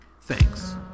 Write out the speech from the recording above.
Thanks